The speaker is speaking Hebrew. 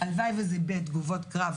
הלוואי שזה יהיה ב"תגובות קרב",